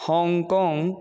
Hong Kong